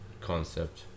concept